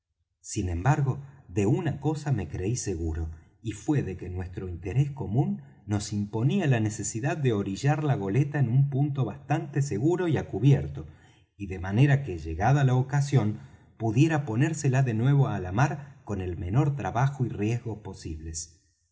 sin embargo de una cosa me creí seguro y fué de que nuestro interés común nos imponía la necesidad de orillar la goleta en un punto bastante seguro y á cubierto de manera que llegada la ocasión pudiera ponérsela de nuevo á la mar con el menor trabajo y riesgo posibles